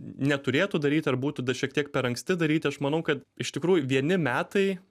neturėtų daryt ar būtų dar šiek tiek per anksti daryti aš manau kad iš tikrųjų vieni metai